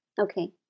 Okay